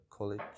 College